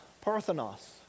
Parthenos